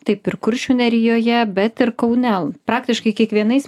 taip ir kuršių nerijoje bet ir kaune praktiškai kiekvienais